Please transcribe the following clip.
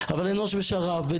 אנוש ושר"פ.